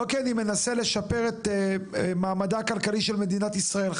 לא כי אני מנסה לשפר את מעמדה הכלכלי של מדינת ישראל,